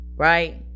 Right